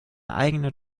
eigene